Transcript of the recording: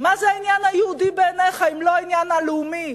מה זה העניין היהודי בעיניך אם לא העניין הלאומי